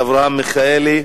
של חבר הכנסת אברהם מיכאלי: